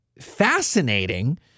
fascinating